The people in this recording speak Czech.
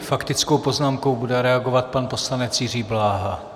S faktickou poznámkou bude reagovat pan poslanec Jiří Bláha.